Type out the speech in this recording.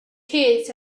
tears